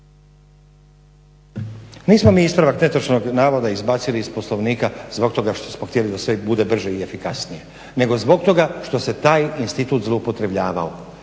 Nismo mi ispravak netočnog navoda izbacili iz Poslovnika zbog toga što smo htjeli da sve bude brže i efikasnije nego zbog toga što se taj institut zloupotrjebljavao.